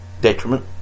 detriment